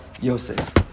Yosef